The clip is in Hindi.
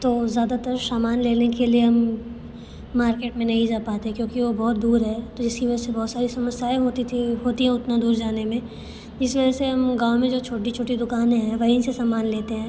तो ज़्यादातर सामान लेने के लिए हम मार्केट में नहीं जा पाते क्योंकि वो बहुत दूर है तो जिसकी वजह से बहुत सारी समस्याऍं होती थी होती हैं उतना दूर जाने में जिस वजह से हम गाँव में जो छोटी छोटी दुकानें हैं वहीं से सामान लेते हैं